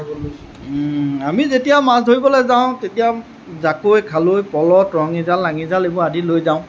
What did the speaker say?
আমি যেতিয়া মাছ ধৰিবলৈ যাওঁ তেতিয়া জাকৈ খালৈ পলহ টঙি জাল লাঙি জাল এইবোৰ আদি লৈ যাওঁ